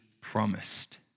promised